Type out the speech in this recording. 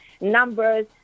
numbers